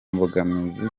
mbogamizi